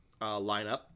lineup